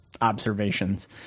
observations